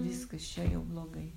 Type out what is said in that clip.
viskas čia jau blogai